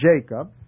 Jacob